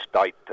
state